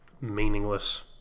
meaningless